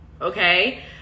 okay